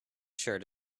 shirt